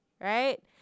Right